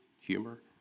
Humor